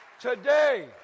today